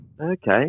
Okay